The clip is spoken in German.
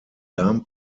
darm